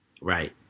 Right